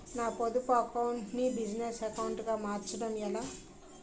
నా పొదుపు అకౌంట్ నీ బిజినెస్ అకౌంట్ గా మార్చడం ఎలా?